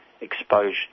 exposure